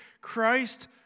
Christ